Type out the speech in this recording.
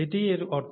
এটিই এর অর্থ